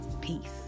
Peace